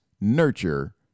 nurture